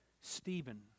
Stephen